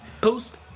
post